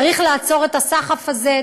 צריך לעצור את הסחף הזה,